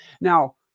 Now